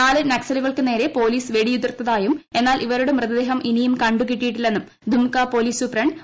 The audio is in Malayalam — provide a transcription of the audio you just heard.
നാല് നക്സലുകൾക്കു നേരെ പോലീസ് വെടിയുതിർത്തതായും എന്നാൽ ഇവരുടെ മൃതദേഹം ഇനിയും കണ്ടുകിട്ടിയിട്ടില്ലെന്നും ദുംക പോലീസ് സൂപ്രണ്ട് വൈ